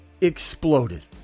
exploded